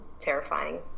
terrifying